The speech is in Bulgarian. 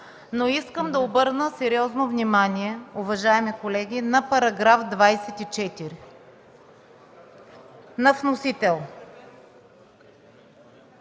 но искам да обърна сериозно внимание, уважаеми колеги, на § 24 на вносител.